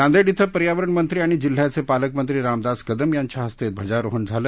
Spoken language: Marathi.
नांदेड इथं पर्यावरण मंत्री आणि जिल्ह्याचे पालकमंत्री रामदास कदम यांच्या हस्ते ध्वजारोहण झालं